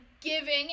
giving